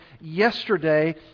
Yesterday